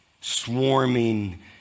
swarming